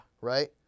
Right